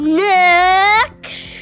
next